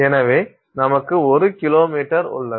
எனவே நமக்கு 1 கிலோமீட்டர் உள்ளது